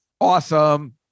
Awesome